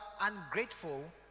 ungrateful